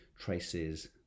traces